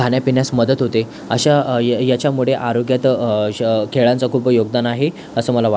खाण्यापिण्यास मदत होते अशा या याच्यामुळे आरोग्यात श खेळांचं खूप योगदान आहे असं मला वा